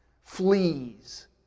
fleas